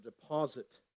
deposit